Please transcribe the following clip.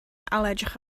ailedrych